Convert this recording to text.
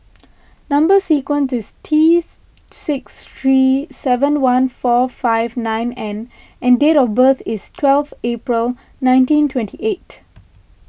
Number Sequence is T six three seven one four five nine N and date of birth is twelfth April nineteen twenty eight